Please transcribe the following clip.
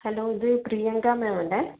hello ഇത് പ്രിയങ്ക മാമല്ലേ